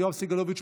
יואב סגלוביץ',